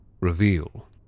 reveal